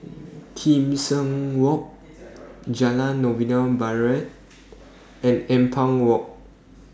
Kim Seng Walk Jalan Novena Barat and Ampang Walk